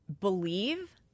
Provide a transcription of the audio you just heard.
believe